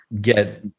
get